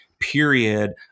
period